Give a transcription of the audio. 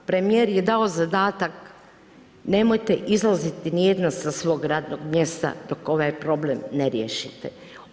Premijer je dao zadatak nemojte izlaziti nijedna sa svog radnog mjesta dok ovaj problem ne riješite.